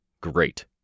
Great